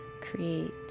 create